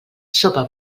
sopa